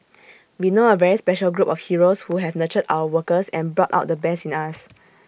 we know A very special group of heroes who have nurtured our workers and brought out the best in us